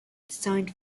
designed